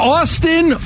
Austin